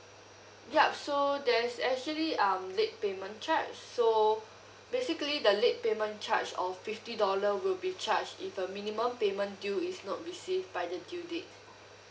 yup so there's actually um late payment charge so basically the late payment charge of fifty dollar will be charged if a minimum payment due is not received by the due date